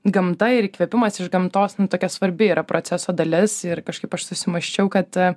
gamta ir įkvėpimas iš gamtos nu tokia svarbi yra proceso dalis ir kažkaip aš susimąsčiau kad